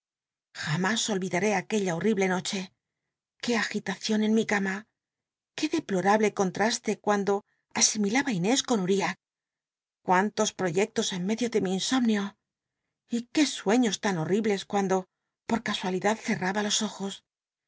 jamás olvidaré aquella horrible noche ué agitacion en mi cama qué deplorable conlr hle cuando asimilaba inés con uriah cuántos proyectos en medio de mi insomnio y qué sueiios tan horribles cuando por casualidad ccnaba los ojos